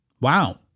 Wow